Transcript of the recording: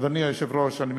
אדוני היושב-ראש אני מסכם.